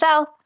south